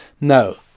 no